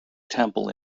temple